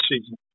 season